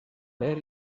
leer